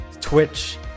Twitch